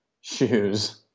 shoes